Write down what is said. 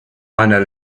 meiner